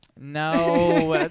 No